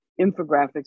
infographics